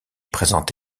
présente